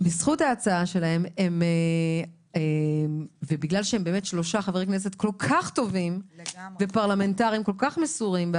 ובגלל שהם באמת שלושה חברי כנסת כל כך טובים ופרלמנטרים כל כך מסורים,